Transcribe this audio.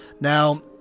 Now